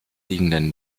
liegenden